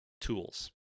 tools